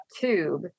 tube